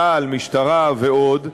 צה"ל, המשטרה ועוד,